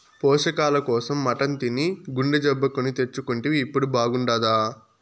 పోషకాల కోసం మటన్ తిని గుండె జబ్బు కొని తెచ్చుకుంటివి ఇప్పుడు బాగుండాదా